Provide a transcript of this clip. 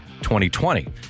2020